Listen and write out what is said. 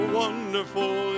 wonderful